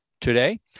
today